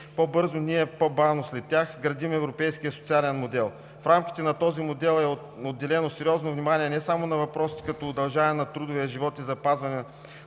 по-бързо, ние по-бавно след тях, градим европейския социален модел. В рамките на този модел е отделено сериозно внимание не само на въпросите, като удължаване на трудовия живот и запазване на